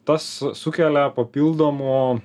tas sukelia papildomo